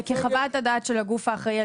כחוות הדעת של הגוף האחראי,